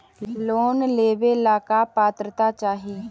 Loan लेवेला का पात्रता चाही?